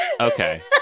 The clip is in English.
okay